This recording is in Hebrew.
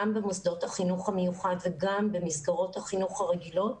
גם במוסדות החינוך המיוחד וגם במסגרות החינוך הרגילות,